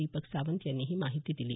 दीपक सावंत यांनी ही माहिती दिली